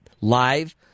live